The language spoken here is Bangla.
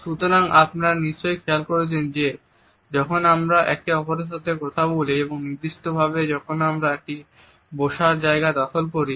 সুতরাং আপনারা নিশ্চয়ই খেয়াল করেছেন যে যখন আমরা একে অপরের সাথে কথা বলি এবং নির্দিষ্ট ভাবে আমরা যখন একটি বসার জায়গা দখল করি